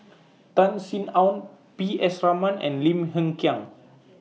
Tan Sin Aun P S Raman and Lim Hng Kiang